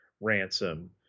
ransom